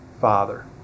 Father